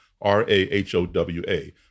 R-A-H-O-W-A